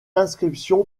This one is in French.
inscription